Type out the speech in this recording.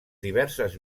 diverses